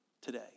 today